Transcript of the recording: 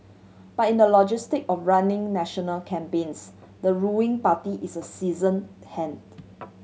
but in the logistic of running national campaigns the ruling party is a season hand